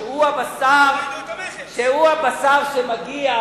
שהוא הבשר שמגיע,